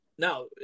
Now